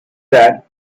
that